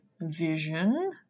vision